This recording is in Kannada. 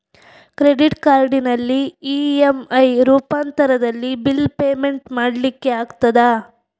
ಕ್ರೆಡಿಟ್ ಕಾರ್ಡಿನಲ್ಲಿ ಇ.ಎಂ.ಐ ರೂಪಾಂತರದಲ್ಲಿ ಬಿಲ್ ಪೇಮೆಂಟ್ ಮಾಡ್ಲಿಕ್ಕೆ ಆಗ್ತದ?